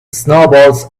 snowballs